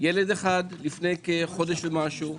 ילד אחד לפני חודש ומשהו,